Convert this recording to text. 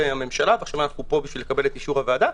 הממשלה ועכשיו אנחנו פה כדי לקבל את אישור הוועדה.